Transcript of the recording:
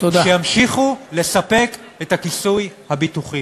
שימשיכו לספק את הכיסוי הביטוחי.